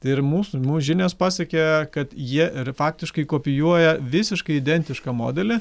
tai ir mus žinios pasiekia kad jie ir faktiškai kopijuoja visiškai identišką modelį